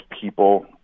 people